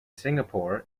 singapore